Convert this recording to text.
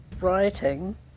writing